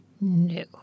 No